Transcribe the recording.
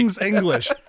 english